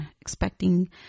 expecting